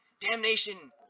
damnation